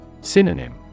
Synonym